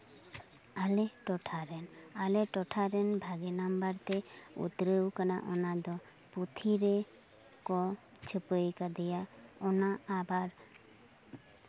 ᱟᱞᱮ ᱴᱚᱴᱷᱟ ᱨᱮᱱ ᱟᱞᱮ ᱴᱚᱴᱷᱟ ᱨᱮᱱ ᱵᱷᱟᱜᱮ ᱱᱟᱢᱵᱟᱨ ᱛᱮᱭ ᱩᱛᱨᱟᱹᱣ ᱟᱠᱟᱱᱟ ᱚᱱᱟᱫᱚ ᱯᱩᱛᱷᱤ ᱨᱮᱠᱚ ᱪᱷᱟᱹᱯᱟᱹᱭ ᱠᱟᱫᱮᱭᱟ ᱚᱱᱟ ᱟᱵᱟᱨ